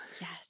Yes